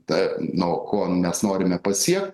ta nuo ko mes norime pasiekt